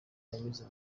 yanyuze